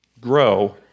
grow